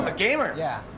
a gamer? yeah.